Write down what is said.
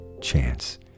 chance